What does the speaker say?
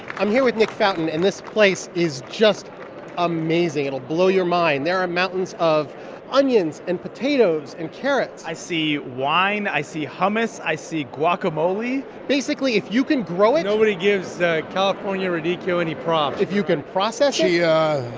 i'm here with nick fountain. and this place is just amazing. it'll blow your mind. there are mountains of onions and potatoes and carrots i see wine. i see hummus. i see guacamole basically, if you can grow it. nobody gives california raddichio any props. if you can process yeah